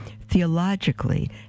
theologically